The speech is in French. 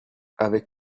avec